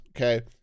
okay